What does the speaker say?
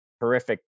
horrific